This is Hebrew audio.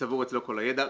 צבור אצלו כל הידע,